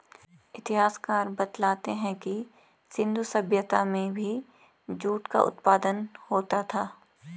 इतिहासकार बतलाते हैं कि सिन्धु सभ्यता में भी जूट का उत्पादन होता था